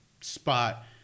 spot